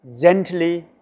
gently